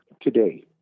today